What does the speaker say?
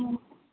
ہوں